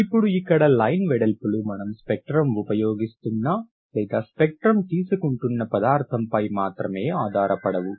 ఇప్పుడు ఇక్కడ లైన్ వెడల్పులు మనం స్పెక్ట్రం ఉపయోగిస్తున్న లేదా స్పెక్ట్రం తీసుకుంటున్న పదార్థంపై మాత్రమే ఆధారపడవు